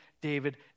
David